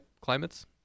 climates